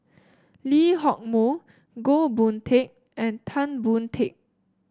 Lee Hock Moh Goh Boon Teck and Tan Boon Teik